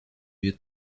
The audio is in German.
wir